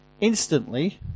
instantly